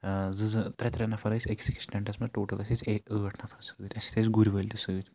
زٕ زٕ ترٛےٚ ترٛےٚ نفر ٲسۍ أکِس أکِس ٹٮ۪نٛٹَس منٛز ٹوٹَل ٲسۍ أسۍ اے ٲٹھ نفر سۭتۍ اَسہِ سۭتۍ ٲسۍ گُرۍ وٲلۍ تہِ سۭتۍ